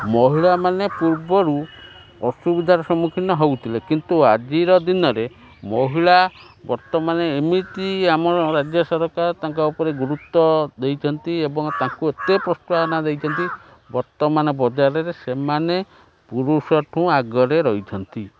ମହିଳାମାନେ ପୂର୍ବରୁ ଅସୁବିଧାର ସମ୍ମୁଖୀନ ହଉଥିଲେ କିନ୍ତୁ ଆଜିର ଦିନରେ ମହିଳା ବର୍ତ୍ତମାନେ ଏମିତି ଆମ ରାଜ୍ୟ ସରକାର ତାଙ୍କ ଉପରେ ଗୁରୁତ୍ୱ ଦେଇଛନ୍ତି ଏବଂ ତାଙ୍କୁ ଏତେ ପ୍ରୋତ୍ସାହନ ଦେଇଛନ୍ତି ବର୍ତ୍ତମାନ ବଜାରରେ ସେମାନେ ପୁରୁଷଠୁ ଆଗରେ ରହିଛନ୍ତି